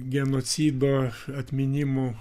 genocido atminimu